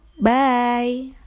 Bye